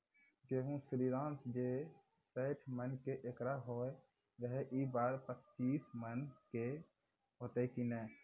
गेहूँ श्रीराम जे सैठ मन के एकरऽ होय रहे ई बार पचीस मन के होते कि नेय?